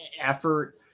effort